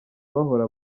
bahora